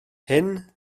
hyn